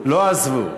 לא עזבו,